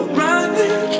running